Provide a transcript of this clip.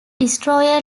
destroyer